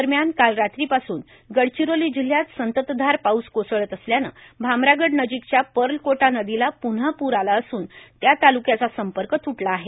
दरम्यान काल रात्रीपासून गडचिरोली जिल्ह्यात संततधार पाऊस कोसळत असल्याने भामरागडनजीकच्या पर्लकोटा नदीला प्न्हा पूर आला असून त्या तालुक्याचा संपर्क तुटला आहे